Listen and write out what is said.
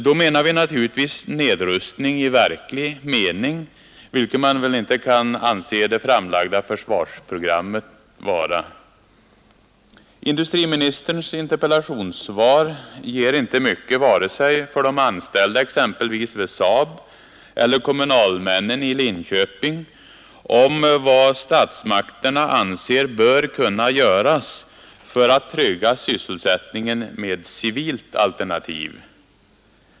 Då avser vi naturligtvis nedrustning i verklig mening, vilket man väl inte kan anse att det framlagda försvarsprogrammet innebär. Industriministerns interpellationssvar ger inte mycket besked vare sig för de anställda exempelvis vid SAAB eller kommunalmännen i Linköping om vad som statsmakterna anser bör kunna göras för att trygga sysselsättningen med civilt alternativ.